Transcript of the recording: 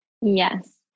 Yes